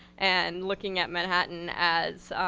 and looking at manhattan as,